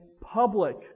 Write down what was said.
Public